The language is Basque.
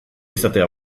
izatea